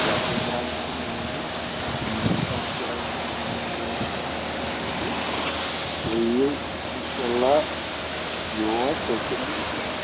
سَبٕز رَنٛگ تہِ میلہِ نیٛوٗل رَنٛگ تہِ حظ میلہِ اَمہِ خٲطرٕ تُہۍ یِیو اِنشاء اللہ یور تُہۍ کٔرِو